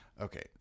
Okay